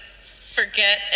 forget